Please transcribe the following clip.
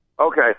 Okay